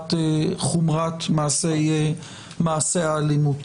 חומרת מעשי האלימות.